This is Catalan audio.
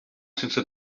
sense